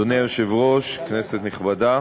אדוני היושב-ראש, כנסת נכבדה,